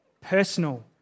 Personal